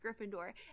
Gryffindor